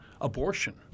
abortion